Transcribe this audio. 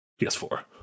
PS4